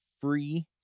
free